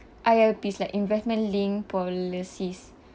I_L_Ps like investment-linked policies